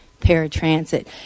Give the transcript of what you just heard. paratransit